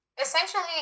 essentially